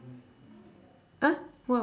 !huh! !wow!